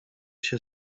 się